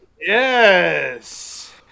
Yes